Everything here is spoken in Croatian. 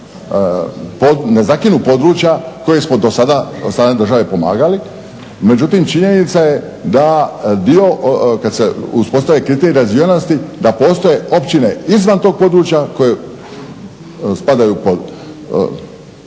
ne zakinu područja koja smo dosada od strane države pomagali, međutim činjenica je da dio kad se uspostave kriteriji razvijenosti da postoje općine izvan tog područja koje spadaju pod